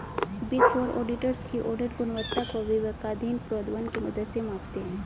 big four auditors की audit गुणवत्ता को विवेकाधीन प्रोद्भवन की मदद से मापते हैं